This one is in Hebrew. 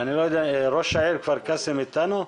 ראש העיר כפר קאסם איתנו?